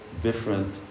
different